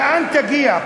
לאן תגיע?